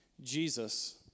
Jesus